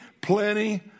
plenty